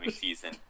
season